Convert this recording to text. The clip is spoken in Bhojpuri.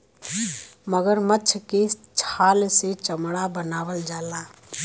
मगरमच्छ के छाल से चमड़ा बनावल जाला